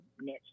niche